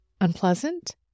unpleasant